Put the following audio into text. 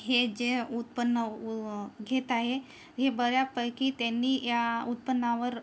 हे जे उत्पन्न उ घेत आहे हे बऱ्यापैकी त्यांनी या उत्पन्नावर